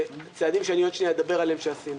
וצעדים שעשינו מיד אדבר עליהם.